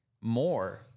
more